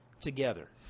together